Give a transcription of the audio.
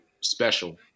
special